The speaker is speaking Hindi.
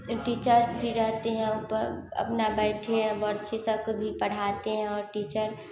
टीचर्स भी रहते हैं अपना बैठे बच्चे सब को भी पढ़ाते हैं और टीचर